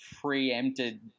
preempted